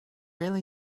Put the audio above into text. really